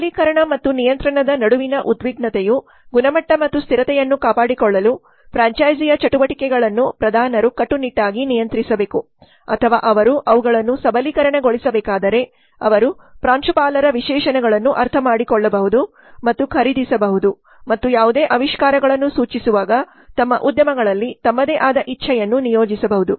ಸಬಲೀಕರಣ ಮತ್ತು ನಿಯಂತ್ರಣದ ನಡುವಿನ ಉದ್ವಿಗ್ನತೆಯು ಗುಣಮಟ್ಟ ಮತ್ತು ಸ್ಥಿರತೆಯನ್ನು ಕಾಪಾಡಿಕೊಳ್ಳಲು ಫ್ರ್ಯಾಂಚೈಸಿಯ ಚಟುವಟಿಕೆಗಳನ್ನು ಪ್ರಧಾನರು ಕಟ್ಟುನಿಟ್ಟಾಗಿ ನಿಯಂತ್ರಿಸಬೇಕು ಅಥವಾ ಅವರು ಅವುಗಳನ್ನು ಸಬಲೀಕರಣಗೊಳಿಸಬೇಕಾದರೆ ಅವರು ಪ್ರಾಂಶುಪಾಲರ ವಿಶೇಷಣಗಳನ್ನು ಅರ್ಥಮಾಡಿಕೊಳ್ಳಬಹುದು ಮತ್ತು ಖರೀದಿಸಬಹುದು ಮತ್ತು ಯಾವುದೇ ಆವಿಷ್ಕಾರಗಳನ್ನು ಸೂಚಿಸುವಾಗ ತಮ್ಮ ಉದ್ಯಮಗಳಲ್ಲಿ ತಮ್ಮದೇ ಆದ ಇಚ್ಚೇಯನ್ನು ನಿಯೋಜಿಸಬಹುದು